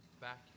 back